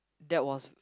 that was